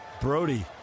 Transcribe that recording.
Brody